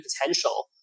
potential